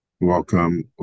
welcome